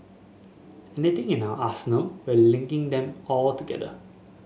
anything in our arsenal we're linking them all together